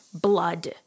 blood